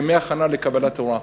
ימי הכנה לקבלת תורה.